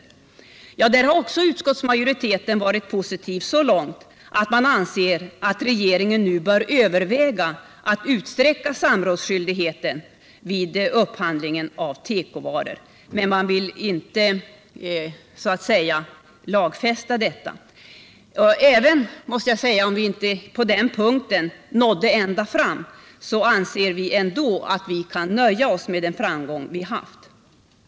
Även där har utskottsmajoriteten varit positiv så långt att man anser att regeringen nu bör överväga att utsträcka samrådsskyldigheten vid upphandlingen av tekovaror. Men man vill så att säga inte lagfästa detta. Även om vi på den punkten inte ”nådde ända fram” , anser vi att vi nu kan nöja oss med den framgång vi haft pådenna — Nr 98 punkt.